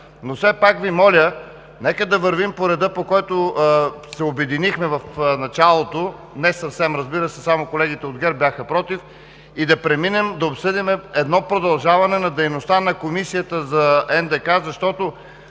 Но все пак Ви моля, нека да вървим по реда, по който се обединихме в началото – не съвсем, разбира се, само колеги от ГЕРБ бяха против, и да обсъдим едно продължаване на дейността на Комисията за НДК, защото,